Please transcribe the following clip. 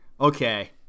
Okay